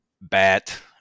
bat